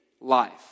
life